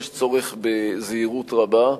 יש צורך בזהירות רבה.